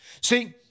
See